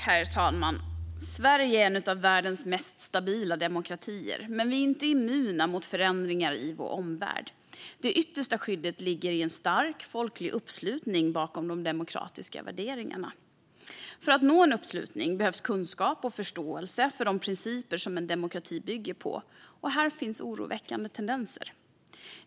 Herr talman! Sverige är en av världens mest stabila demokratier, men vi är inte immuna mot förändringar i vår omvärld. Det yttersta skyddet ligger i en stark folklig uppslutning bakom de demokratiska värderingarna. För att nå en uppslutning behövs kunskap och förståelse för de principer som en demokrati bygger på, och här finns oroväckande tendenser.